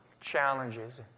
challenges